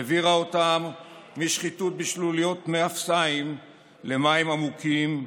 והעבירו אותם משחיתות בשלוליות מי אפסיים למים עמוקים,